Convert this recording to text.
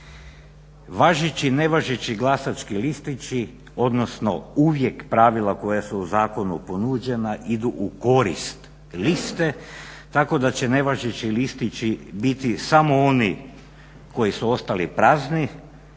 Važeći, nevažeći glasački listići odnosno uvijek pravila koja su u zakonu ponuđena idu u korist liste tako da će nevažeći listići biti samo oni koji su ostali prazni,